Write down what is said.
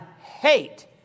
hate